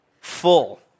full